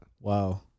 Wow